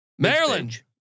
Maryland